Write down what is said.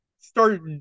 start